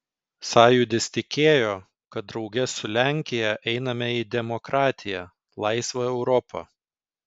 sąjūdis tikėjo kad drauge su lenkija einame į demokratiją laisvą europą